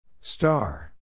Star